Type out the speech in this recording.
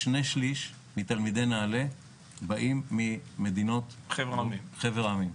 שני שליש מתלמידי נעל"ה באים ממדינות חבר העמים,